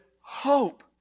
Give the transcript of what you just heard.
hope